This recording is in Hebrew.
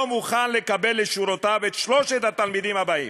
מוכן לקבל לשורותיו את שלושת התלמידים האלה,